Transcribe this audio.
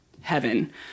heaven